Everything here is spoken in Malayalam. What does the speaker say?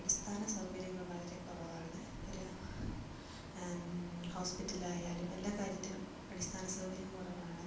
അടിസ്ഥാനസൗകര്യങ്ങൾ വളരേ കുറവാണ് ഒരു ഹോസ്പ്പിറ്റലായാലും എല്ലാ കാര്യത്തിനും അടിസ്ഥാന സൗകര്യം കുറവാണ്